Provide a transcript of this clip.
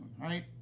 right